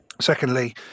Secondly